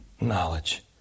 knowledge